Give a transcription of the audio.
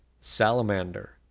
salamander